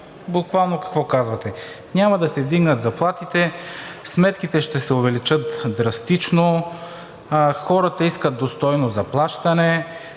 буквално какво казвате: „Няма да се вдигнат заплатите, сметките ще се увеличат драстично, хората искат достойно заплащане,